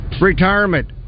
retirement